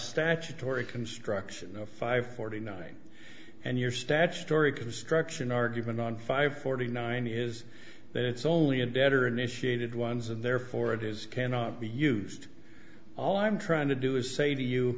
statutory construction a five forty nine and your statutory construction argument on five forty nine is that it's only a debtor initiated ones and therefore it is cannot be used all i'm trying to do is say to you